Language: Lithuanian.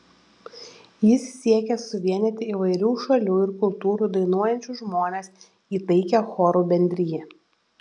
jis siekė suvienyti įvairių šalių ir kultūrų dainuojančius žmones į taikią chorų bendriją